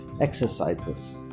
exercises